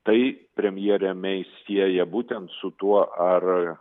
tai premjerė mei sieja būtent su tuo ar